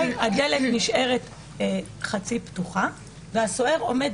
הדלת נשארת חצי פתוחה, והסוהר עומד